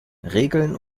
regeln